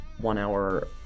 one-hour